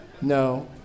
No